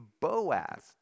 Boaz